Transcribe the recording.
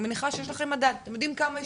אני מניחה שיש לכם מדד, אתם יודעים כמה השתתפו.